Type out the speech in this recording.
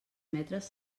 metres